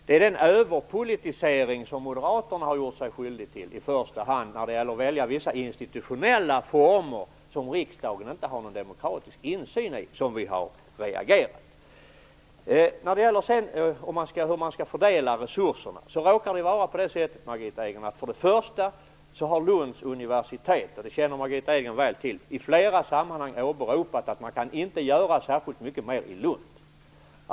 Det är den överpolitisering som i första hand Moderaterna har gjort sig skyldiga till när det gäller att välja vissa institutionella former som riksdagen inte har någon demokratisk insyn i som vi har reagerat mot. När det sedan gäller hur man skall fördela resurserna har Lunds universitet i flera sammanhang åberopat att man inte kan göra särskilt mycket mer i Lund, och det känner Margitta Edgren väl till.